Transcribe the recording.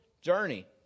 journey